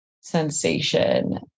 sensation